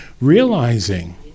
realizing